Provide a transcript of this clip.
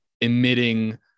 emitting